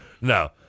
no